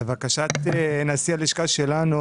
40. לבקשת נשיא הלשכה שלנו,